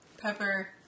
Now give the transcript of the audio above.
pepper